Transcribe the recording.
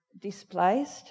displaced